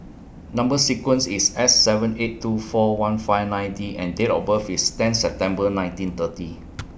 Number sequence IS S seven eight two four one five nine D and Date of birth IS ten September nineteen thirty